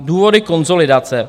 Důvody konsolidace.